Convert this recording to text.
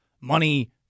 money